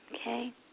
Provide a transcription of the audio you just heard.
okay